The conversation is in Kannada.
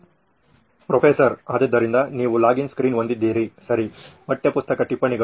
ಪ್ರೊಫೆಸರ್ ಆದ್ದರಿಂದ ನೀವು ಲಾಗಿನ್ ಸ್ಕ್ರೀನ್ ಹೊಂದಿದ್ದೀರಿ ಸರಿ ಪಠ್ಯಪುಸ್ತಕ ಟಿಪ್ಪಣಿಗಳು